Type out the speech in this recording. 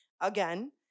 Again